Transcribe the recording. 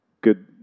good